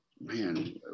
man